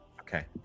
Okay